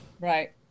right